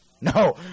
no